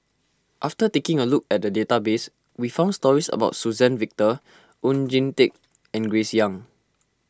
after taking a look at the database we found stories about Suzann Victor Oon Jin Teik and Grace Young